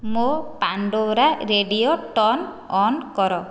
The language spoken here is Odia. ମୋ ପାଣ୍ଡୋରା ରେଡ଼ିଓ ଟର୍ନ୍ ଅନ୍ କର